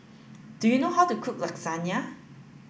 do you know how to cook Lasagna